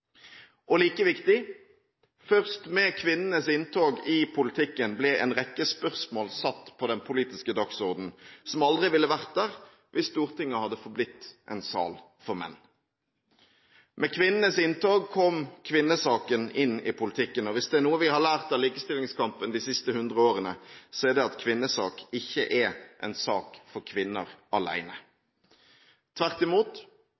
Og like viktig: Først med kvinnenes inntog i politikken ble en rekke spørsmål satt på den politiske dagsordenen, som aldri ville vært der hvis Stortinget hadde forblitt en sal for menn. Med kvinnenes inntog kom kvinnesaken inn i politikken. Hvis det er noe vi har lært av likestillingskampen de siste 100 årene, er det at kvinnesak ikke er en sak for kvinner alene. Tvert imot